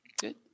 Good